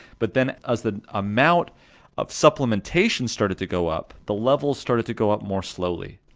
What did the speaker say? but then as the amount of supplementation started to go up, the levels started to go up more slowly,